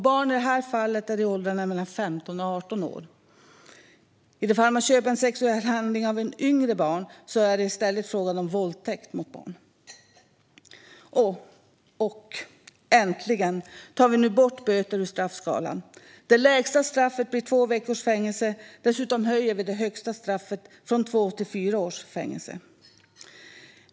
Barn i det här fallet är i åldrarna mellan 15 och 18 år. I de fall där man köper en sexuell handling av yngre barn är det i stället fråga om våldtäkt mot barn. Och äntligen tar vi nu bort böter ur straffskalan! Det lägsta straffet blir två veckors fängelse. Dessutom höjer vi det högsta straffet från två till fyra års fängelse.